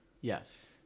Yes